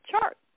chart